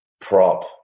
prop